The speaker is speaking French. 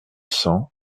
cents